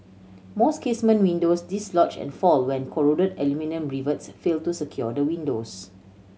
most casement windows dislodge and fall when corroded aluminium rivets fail to secure the windows